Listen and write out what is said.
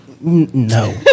no